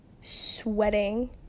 sweating